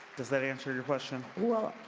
does that answer your question? well,